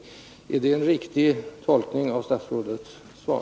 Är det en riktig tolkning av statsrådets svar?